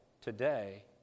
today